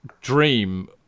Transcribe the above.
dream